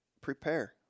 prepare